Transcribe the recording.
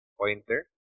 pointer